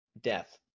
death